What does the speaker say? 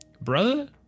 brother